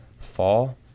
fall